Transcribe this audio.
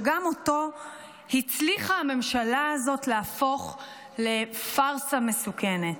שגם אותו הצליחה הממשלה הזאת להפוך לפארסה מסוכנת.